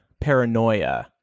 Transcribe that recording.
paranoia